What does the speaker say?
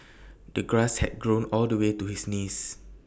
the grass had grown all the way to his knees